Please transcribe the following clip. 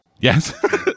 Yes